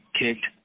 kicked